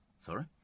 Sorry